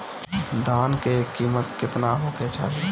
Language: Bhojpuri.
धान के किमत केतना होखे चाही?